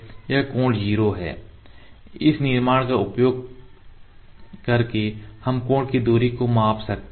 यह कोण 0 है इस निर्माण का उपयोग करके हम कोण की दूरी को माप सकते हैं